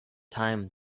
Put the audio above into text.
time